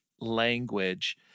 language